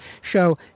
show